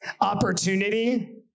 Opportunity